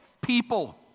people